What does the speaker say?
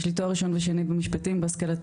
יש לי תואר ראשון ושני במשפטים בהשכלתי,